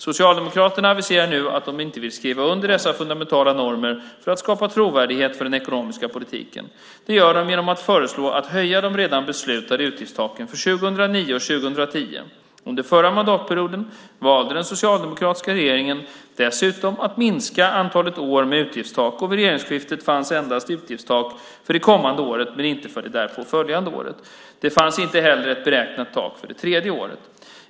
Socialdemokraterna aviserar nu att de inte vill skriva under dessa fundamentala normer för att skapa trovärdighet för den ekonomiska politiken. Det gör de genom att föreslå att höja de redan beslutade utgiftstaken för 2009 och 2010. Under förra mandatperioden valde den socialdemokratiska regeringen dessutom att minska antalet år med utgiftstak, och vid regeringsskiftet fanns endast utgiftstak för det kommande året men inte för det därpå följande året. Det fanns inte heller ett beräknat tak för tredje året.